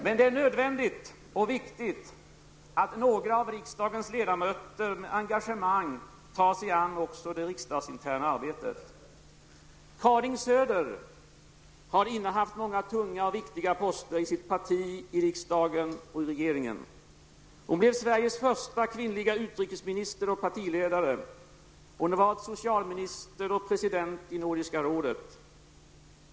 Men det är nödvändigt och viktigt att några av riksdagens ledamöter med engagemang tar sig an också det riksdagsinterna arbetet. Karin Söder har innehaft många tunga och viktiga poster i sitt parti, i riksdagen och i regeringen. Hon blev Sveriges första kvinnliga utrikesminister och partiledare; hon har varit socialminister och president i Nordiska rådet.